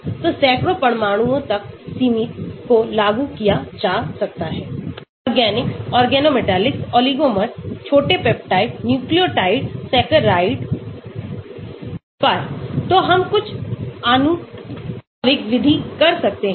तो सैकड़ों परमाणुओं तक सीमित को लागू किया जा सकता है ऑर्गेनिक्स ऑर्गेनोमेटिक्स ओलिगोमर्स छोटे पेप्टाइड न्यूक्लियोटाइड सैकराइड पर तो हम कुछ आनुभविक विधि कर सकते हैं